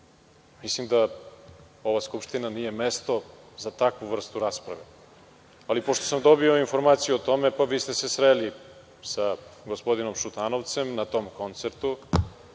zvezda? Mislim da ova Skupština nije mesto za takvu vrstu rasprave. Pošto sam dobio informaciju o tome, vi ste se sreli sa gospodinom Šutanovcem na tom koncertu